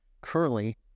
currently